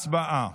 הצבעה.